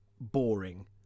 boring